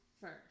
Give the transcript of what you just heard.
first